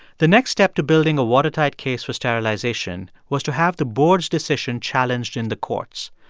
the next step to building a watertight case for sterilization was to have the board's decision challenged in the courts.